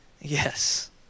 Yes